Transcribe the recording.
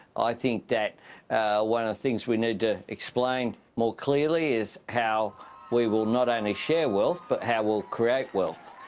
i think that one of things we need to explain more clearly, is how we will not only share wealth but how we will create wealth.